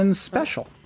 Special